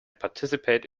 participate